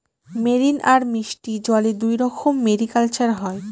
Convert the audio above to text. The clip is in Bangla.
মেরিন আর মিষ্টি জলে দুইরকম মেরিকালচার হয়